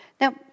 Now